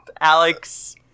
Alex-